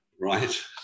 right